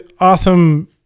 awesome